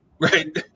right